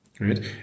right